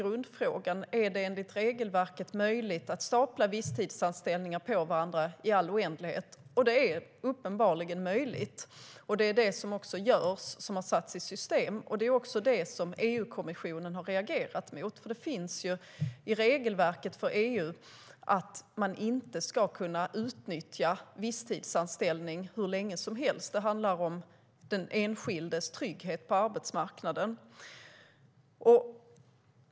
Grundfrågan är om det enligt regelverket är möjligt att stapla visstidsanställningar på varandra i all oändlighet, och det är uppenbarligen möjligt. Det är också det som har satts i system och det som EU-kommissionen har reagerat mot. Enligt EU:s regelverk ska man inte kunna utnyttja möjligheten till visstidsanställning hur länge som helst. Det handlar om den enskildes trygghet på arbetsmarknaden.